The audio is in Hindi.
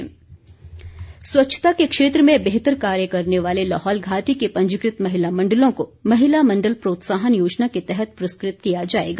केलंग स्वच्छता स्वच्छता के क्षेत्र में बेहतर कार्य करने वाले लाहौल घाटी के पंजीकृत महिला मण्डलों को महिला मण्डल प्रोत्साहन योजना के तहत पुरस्कृत किया जाएगा